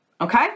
Okay